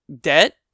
debt